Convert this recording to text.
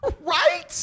Right